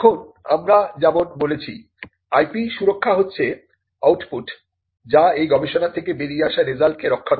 এখনআমরা যেমন বলেছি IP সুরক্ষা হচ্ছে আউটপুট যা এই গবেষণা থেকে বেরিয়ে আসা রেজাল্টকে রক্ষা করে